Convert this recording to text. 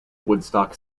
woodstock